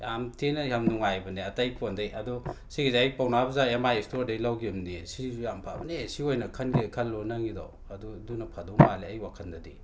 ꯌꯥꯝ ꯊꯤꯅ ꯌꯥꯝ ꯅꯨꯡꯉꯥꯏꯕꯅꯦ ꯑꯇꯩ ꯐꯣꯟꯗꯒꯤ ꯑꯗꯣ ꯁꯤꯒꯤꯁꯦ ꯑꯩ ꯄꯥꯎꯅꯥ ꯕꯖꯥꯔ ꯑꯦꯝ ꯑꯥꯏ ꯏꯁꯇꯣꯔꯗꯒꯤ ꯂꯧꯈꯤꯕꯅꯤ ꯁꯤꯁꯨ ꯌꯥꯝ ꯐꯕꯅꯦ ꯁꯤ ꯑꯣꯏꯅ ꯈꯟꯒꯦ ꯈꯜꯂꯣ ꯅꯪꯒꯤꯗꯣ ꯑꯗꯨ ꯑꯗꯨꯅ ꯐꯒꯗꯧꯕ ꯃꯥꯜꯂꯦ ꯑꯩꯒꯤ ꯋꯥꯈꯜꯗꯗꯤ